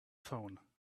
phone